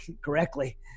correctly